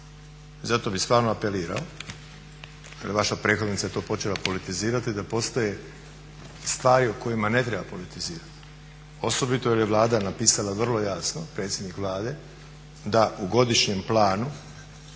zato bi stvarno apelirao jer vaša prethodnica to počela politizirati, da postoje stvari o kojima ne treba politizirati, osobito jer je Vlada napisala vrlo jasno, predsjednik Vlade, da u godišnjem planu